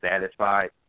satisfied